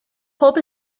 pob